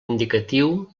indicatiu